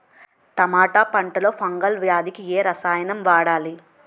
టమాటా పంట లో ఫంగల్ వ్యాధికి ఏ రసాయనం వాడాలి?